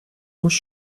muss